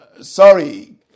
sorry